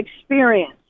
experience